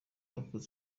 wakoze